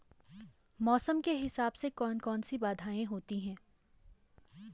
मौसम के हिसाब से कौन कौन सी बाधाएं होती हैं?